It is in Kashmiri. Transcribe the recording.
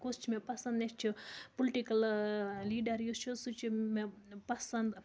کُس چھِ مےٚ پَسنٛد مےٚ چھِ پُلٹِکَل لیٖڈَر یُس چھِ سُہ چھِ مےٚ پَسنٛد